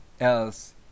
else